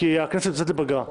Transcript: היא שהכנסת יוצאת לפגרה,